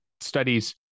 Studies